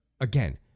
again